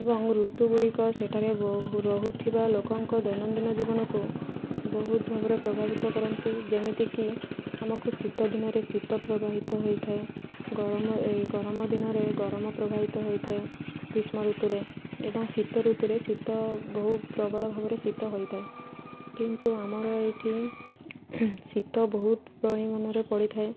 ଏବଂ ଋତୁ ଗୁଡ଼ିକ ସେଠାରେ ରହୁଥିବା ଲୋକଙ୍କ ଦୈନଦିନ ଜୀବନକୁ ବହୁତ ଭାବରେ ପ୍ରଭାବିତ କରନ୍ତି ଯେମିତିକି ଆମକୁ ଶୀତ ଦିନରେ ଶୀତ ପ୍ରବାହିତ ହୋଇଥାଏ ଗରମ ଏ ଗରମ ଦିନରେ ଗରମ ପ୍ରବାହିତ ହୋଇଥାଏ ଗ୍ରୀଷ୍ମ ଋତୁରେ ଏବଂ ଶୀତ ଋତୁରେ ଶୀତ ବହୁ ପ୍ରବଳ ଭାବରେ ଶୀତ ହୋଇଥାଏ କିନ୍ତୁ ଆମର ଏଇଠି ଶୀତ ବହୁତ ପରିମାଣରେ ପଡ଼ିଥାଏ